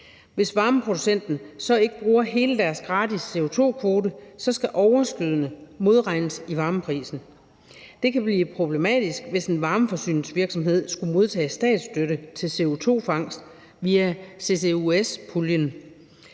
Hvis varmeproducenten så ikke bruger hele sin gratis CO2-kvote, skal det overskydende modregnes i varmeprisen. Det kan blive problematisk, hvis en varmeforsyningsvirksomhed skulle modtage statsstøtte til CO2-fangst via ccus-puljen,